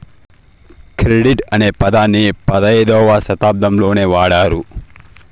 credit అనే పదాన్ని పదైధవ శతాబ్దంలోనే వాడారు